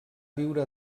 viure